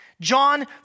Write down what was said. John